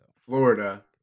Florida